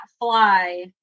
fly